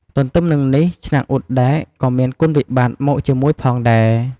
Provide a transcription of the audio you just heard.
ទទ្ទឹមនឹងនេះ ឆ្នាំងអ៊ុតដែក ក៏មានគុណវិបត្តិមកជាមួយផងដែរ។